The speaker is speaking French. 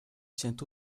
tient